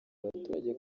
abaturage